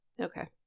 Okay